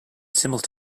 similar